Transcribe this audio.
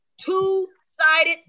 two-sided